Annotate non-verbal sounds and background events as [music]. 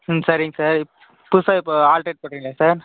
ம் சரிங்க சார் புதுசாக இப்போ ஆல்ட்ரேட் [unintelligible] சார்